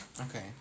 Okay